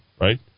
right